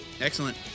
Excellent